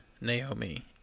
Naomi